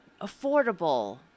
affordable